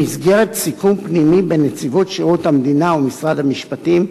במסגרת סיכום פנימי בין נציבות שירות המדינה למשרד המשפטים,